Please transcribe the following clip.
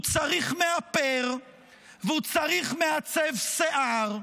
הוא צריך מאפר והוא צריך מעצב שיער,